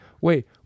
Wait